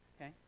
Okay